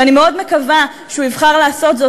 ואני מאוד מקווה שהוא יבחר לעשות זאת,